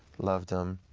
loved them.